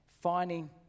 finding